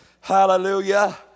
hallelujah